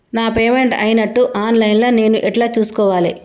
నా పేమెంట్ అయినట్టు online లా నేను ఎట్ల చూస్కోవాలే?